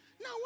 Now